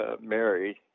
married